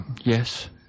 Yes